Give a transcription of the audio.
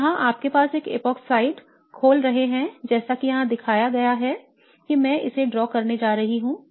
तो यहाँ आप एक इपॉक्साइड खोल रहे हैं जैसा कि यहाँ दिखाया गया है कि मैं इसे ड्रॉ करने जा रहा हूँ